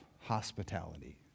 hospitality